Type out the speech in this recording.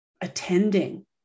attending